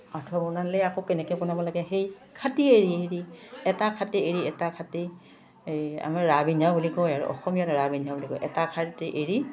আঁঠুৱা বনালে আকৌ কেনেকৈ বনাব লাগে সেই খাটি এৰি এৰি এটা খাটি এৰি এটা খাটি এই আমাৰ ৰাবিন্ধা বুলি কয় আৰু অসমীয়াত ৰাবিন্ধা বুলি কয় এটা খাটি এৰি